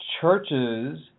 churches